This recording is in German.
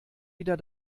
wieder